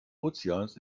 ozeans